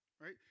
right